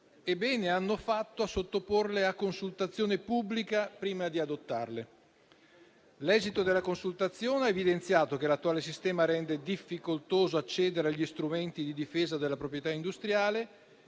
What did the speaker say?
e bene hanno fatto a sottoporle a consultazione pubblica prima di adottarle. L'esito della consultazione ha evidenziato che l'attuale sistema rende difficoltoso accedere agli strumenti di difesa della proprietà industriale